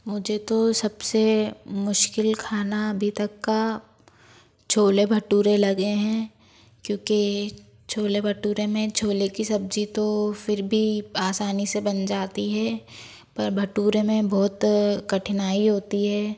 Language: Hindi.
मुझे तो सबसे मुश्किल खाना अभी तक का छोले भटूरे लगे हैं क्योकि छोले भटूरे में छोले की सब्जी तो फिर भी आसानी से बन जाती है पर भटूरे में बहुत कठिनाई होती है